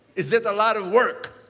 is it a lot of work?